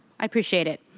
i appreciate it.